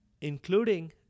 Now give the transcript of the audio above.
including